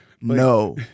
No